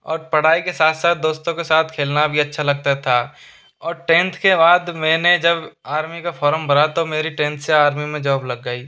और पढ़ाई के साथ साथ दोस्तों के साथ खेलना भी अच्छा लगता था और टेंथ के बाद मैंने जब आर्मी का फोरम भरा तो मेरी टेंथ से आर्मी में जॉब लग गई